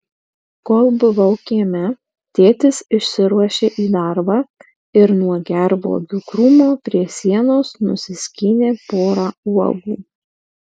kol buvau kieme tėtis išsiruošė į darbą ir nuo gervuogių krūmo prie sienos nusiskynė porą uogų